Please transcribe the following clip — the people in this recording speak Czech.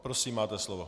Prosím, máte slovo.